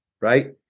Right